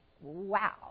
wow